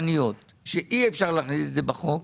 המשפטניות שאי אפשר להכניס את זה בחוק,